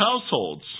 households